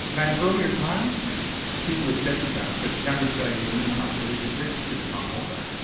and in earlier times people accepted that, but young australian women are not really prepared to sit at home all day.